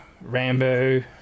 Rambo